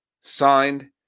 signed